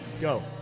Go